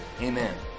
Amen